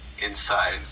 Inside